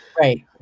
Right